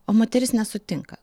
o moteris nesutinka